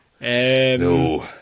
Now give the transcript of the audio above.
No